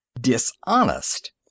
Dishonest